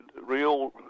real